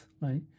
right